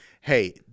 hey